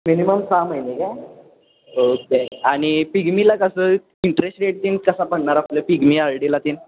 minimum सहा महिने का ओके आणि पिगमीला कसं इंटरेस्ट रेट तीन कसं बनणार आपलं पिगमी आयडीला तीन